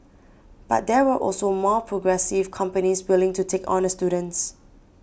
but there were also more progressive companies willing to take on the students